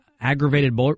aggravated